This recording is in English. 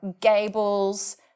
gables